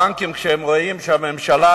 כשהבנקים רואים שהממשלה